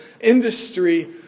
industry